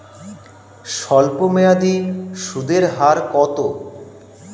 স্বল্পমেয়াদী সুদের হার কত?